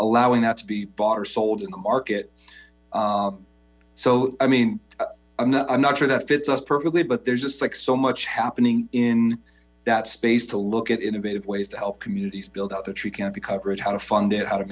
allowing that to be bought or sold in the market so i mean i'm not i'm not sure that fits us perfectly but there's just so much happening in that space to look at innovative ways to help communities build out the tree cannot be covered how to fund it how to